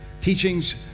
teachings